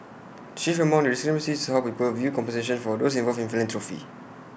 chief among the discrepancies is how people view compensation for those involved in philanthropy